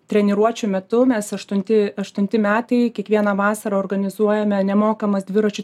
treniruočių metu mes aštunti aštunti metai kiekvieną vasarą organizuojame nemokamas dviračių